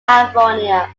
california